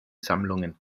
sammlungen